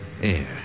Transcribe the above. air